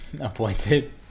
Appointed